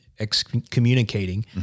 excommunicating